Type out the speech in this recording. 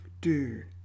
Dude